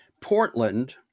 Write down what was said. Portland